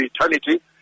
eternity